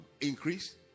increase